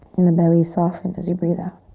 and the belly, soften as you breathe out.